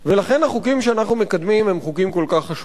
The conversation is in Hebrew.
לכן החוקים שאנחנו מקדמים הם חוקים כל כך חשובים.